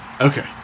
Okay